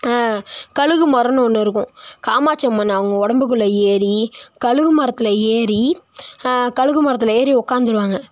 கழுகு மரன்னு ஒன்றுருக்கும் காமாட்சி அம்மன் அவங்க ஒடம்புக்குள்ள ஏறி கழுகு மரத்தில் ஏறி கழுகு மரத்தில் ஏறி உக்காந்துருவாங்க